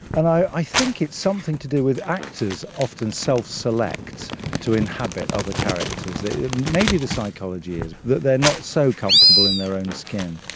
and i think it's something to do with actors often self-select to inhabit other characters. maybe the psychology is that they are not so comfortable in their own skin.